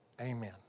Amen